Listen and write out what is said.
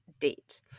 date